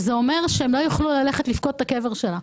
וזה אומר שהם לא יוכלו לפקוד את הקבר שלה.